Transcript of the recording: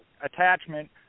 attachment